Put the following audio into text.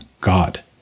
God